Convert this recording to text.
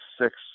six